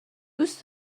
دوست